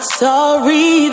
sorry